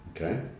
Okay